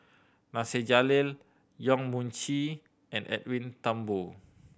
Nasir Jalil Yong Mun Chee and Edwin Thumboo